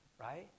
right